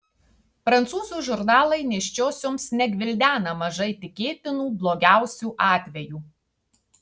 prancūzų žurnalai nėščiosioms negvildena mažai tikėtinų blogiausių atvejų